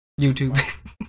YouTube